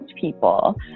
people